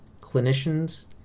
clinicians